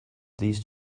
these